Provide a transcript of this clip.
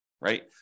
right